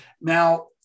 Now